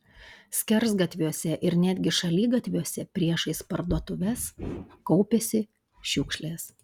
skersgatviuose ir netgi šaligatviuose priešais parduotuves kaupėsi šiukšlės